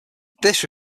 this